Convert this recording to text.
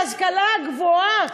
להשכלה הגבוהה,